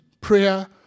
Prayer